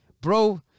bro